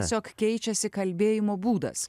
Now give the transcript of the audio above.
tiesiog keičiasi kalbėjimo būdas